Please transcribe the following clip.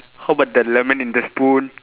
how about the lemon in the spoon